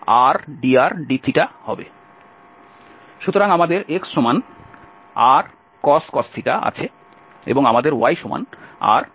সুতরাং আমাদের xrcos আছে এবং আমাদের yrsin আছে